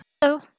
Hello